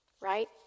right